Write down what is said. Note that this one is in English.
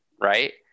Right